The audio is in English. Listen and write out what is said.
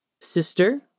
sister